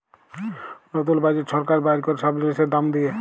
লতুল বাজেট ছরকার বাইর ক্যরে ছব জিলিসের দাম দিঁয়ে